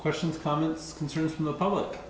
questions comments concerns from the public